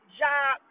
job